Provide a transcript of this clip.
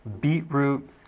beetroot